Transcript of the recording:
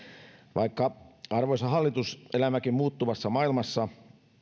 vaikka arvoisa hallitus elämmekin muuttuvassa maailmassa